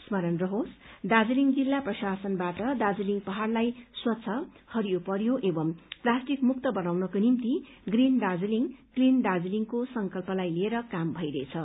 स्मरण रहोस् दार्जीलिङ जिल्ला प्रशासनबाट दार्जीलिङ पहाड़लाई स्वच्छ हरियो परियो एवं प्लास्टिक मुक्त बनाउनको निम्ति ग्रीन दार्जीलिङ क्लीन दार्जीलिङको संकल्पलाई लिएर काम भइरहेछ